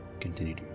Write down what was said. continue